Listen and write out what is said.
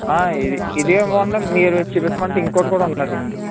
ఇదే ఇవ్వండి మీరు చూపించమంటే ఇంకోకటి కూడా ఉన్నాదండి